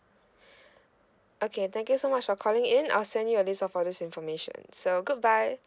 okay thank you so much for calling in I'll send you a list of all these information so good bye